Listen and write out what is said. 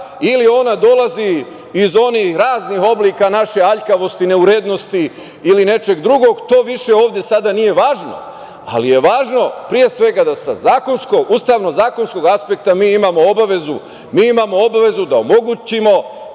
ili ona dolazi iz onih raznih oblika naše aljkavosti, neurednosti ili nečeg drugog, to više ovde sada nije važno, ali je važno pre svega da sa ustavno-zakonskog aspekta mi imamo obavezu da omogućimo